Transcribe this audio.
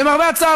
ולמרבה הצער,